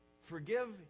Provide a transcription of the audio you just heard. forgive